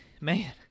man